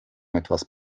etwas